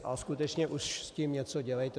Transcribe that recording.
A skutečně už s tím něco dělejte!